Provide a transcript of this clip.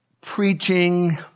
preaching